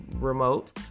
remote